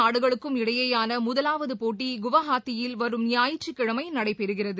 நாடுகளுக்கும் இடையேயான முதலாவது போட்டி குவாஹாத்தியில் வரும் ஞாயிற்றுக்கிழமை இரு நடைபெறுகிறது